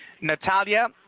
Natalia